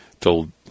told